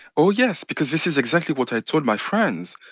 oh, yes, because this is exactly what i told my friends.